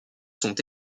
sont